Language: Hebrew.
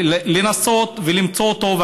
לנסות ולמצוא אותו,